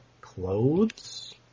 clothes